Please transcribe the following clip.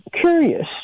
curious